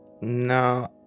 No